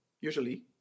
usually